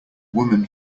women